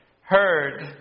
heard